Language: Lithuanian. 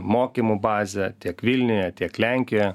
mokymų bazę tiek vilniuje tiek lenkijoje